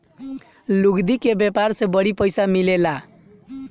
लुगदी के व्यापार से बड़ी पइसा मिलेला